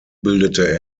bildete